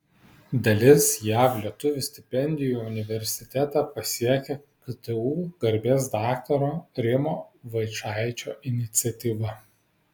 dalis jav lietuvių stipendijų universitetą pasiekia ktu garbės daktaro rimo vaičaičio iniciatyva